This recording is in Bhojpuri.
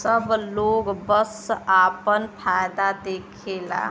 सब लोग बस आपन फायदा देखला